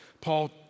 Paul